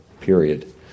period